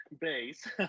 base